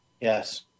Yes